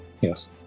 Yes